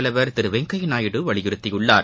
தலைவர் திரு வெங்கையா நாயுடு வலியுறுத்தியுள்ளார்